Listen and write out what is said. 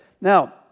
Now